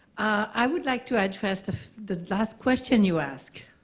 i would like to address the last question you ask,